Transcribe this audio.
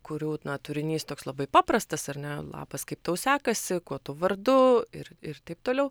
kurių turinys toks labai paprastas ar ne labas kaip tau sekasi kuo tu vardu ir ir taip toliau